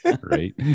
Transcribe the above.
right